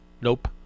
Nope